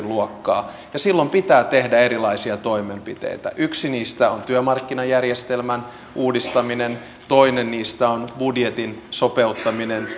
luokkaa silloin pitää tehdä erilaisia toimenpiteitä yksi niistä on työmarkkinajärjestelmän uudistaminen toinen niistä on budjetin sopeuttaminen